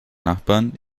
nachbarn